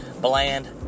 Bland